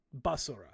Basura